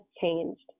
changed